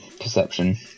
perception